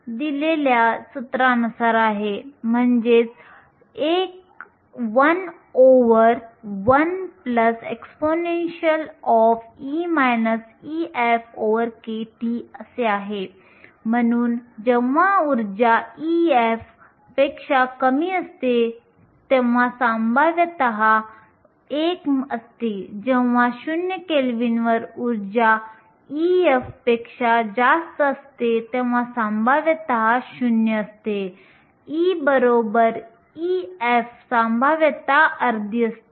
आंतरिक अर्धसंवाहकाच्या बाबतीत इलेक्ट्रॉन तयार होतात कारण ते व्हॅलेन्स बँडपासून वाहक बँडपर्यंत उत्साहित असतात आणि जेव्हा जेव्हा इलेक्ट्रॉन तयार होतो तेव्हा एक छिद्र देखील तयार होते